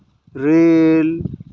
rail